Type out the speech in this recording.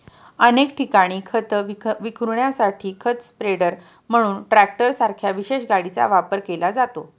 अनेक ठिकाणी खत विखुरण्यासाठी खत स्प्रेडर म्हणून ट्रॅक्टरसारख्या विशेष गाडीचा वापर केला जातो